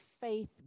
faith